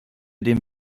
dem